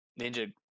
ninja